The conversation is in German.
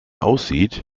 aussieht